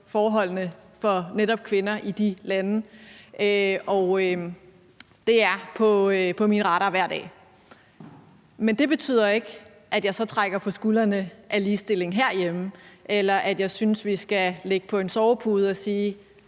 forholdene for netop kvinder i de lande, og det er på min radar hver dag. Men det betyder jo så ikke, at jeg trækker på skuldrene ad ligestillingen herhjemme, eller at jeg synes, vi skal ligge på en sovepude og sige: